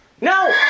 No